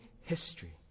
history